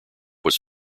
was